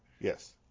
Yes